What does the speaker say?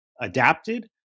adapted